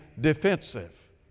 defensive